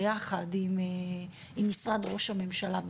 ביחד עם משרד ראש הממשלה,